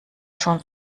schon